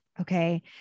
okay